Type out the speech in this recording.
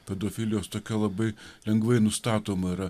pedofilijos tokia labai lengvai nustatoma yra